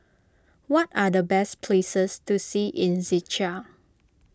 what are the best places to see in Czechia